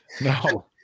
No